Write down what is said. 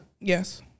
Yes